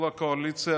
כל הקואליציה,